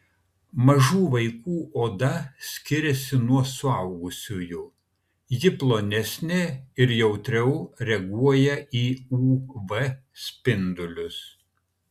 mažų vaikų oda skiriasi nuo suaugusiųjų ji plonesnė ir jautriau reaguoja į uv spindulius